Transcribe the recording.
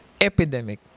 epidemic